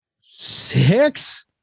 six